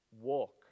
walk